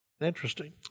Interesting